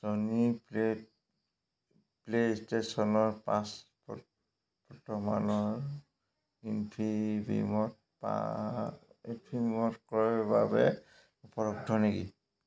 Sony play প্লে'ষ্টেচনৰ পাঁচ ব বৰ্তমানৰ ইনফিবিমত পা ক্ৰয়ৰ বাবে উপলব্ধ নেকি